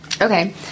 Okay